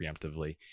preemptively